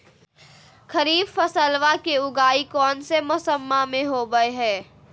खरीफ फसलवा के उगाई कौन से मौसमा मे होवय है?